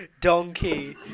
donkey